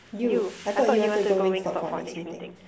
you I thought you want to go wing stop for our next meeting